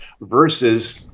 versus